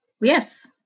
Yes